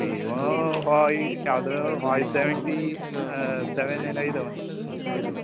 Vivo Y ಯಾವ್ದು Y seventy seven ಏನೋ ಇದವನೆ ಇದೆ